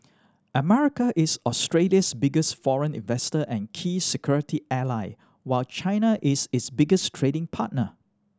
America is Australia's biggest foreign investor and key security ally while China is its biggest trading partner